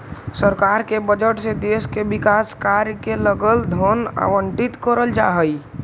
सरकार के बजट से देश के विकास कार्य के लगल धन आवंटित करल जा हई